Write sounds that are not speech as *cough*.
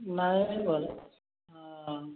ନାହିଁ *unintelligible* ହଁ